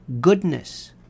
goodness